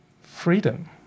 freedom